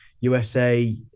usa